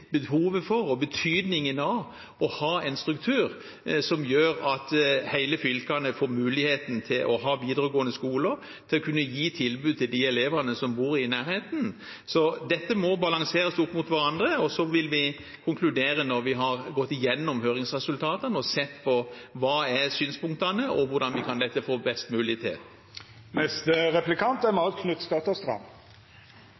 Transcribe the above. behovet for og betydningen av å ha en struktur som gjør at alle fylkene får muligheten til å ha videregående skoler, til å kunne gi tilbud til de elevene som bor i nærheten. Dette må balanseres opp mot hverandre, og så vil vi konkludere når vi har gått igjennom høringsresultatene og sett på synspunktene og på hvordan vi kan få dette best mulig